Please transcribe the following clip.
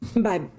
Bye